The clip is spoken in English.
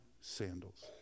sandals